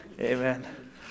Amen